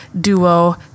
duo